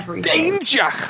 Danger